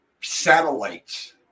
satellites